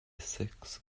six